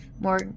More